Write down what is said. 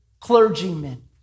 clergymen